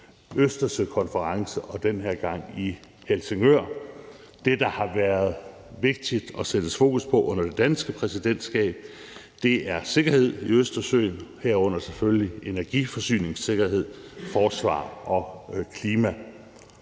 Østersøkonference, og den her gang i Helsingør. Det, der har været vigtigt, og som der sættes fokus på under det danske præsidentskab, er sikkerhed i Østersøen, herunder selvfølgelig energiforsyningssikkerhed, forsvar og klima.